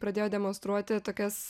pradėjo demonstruoti tokias